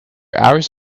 hours